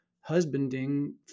husbanding